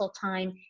time